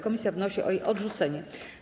Komisja wnosi o jej odrzucenie.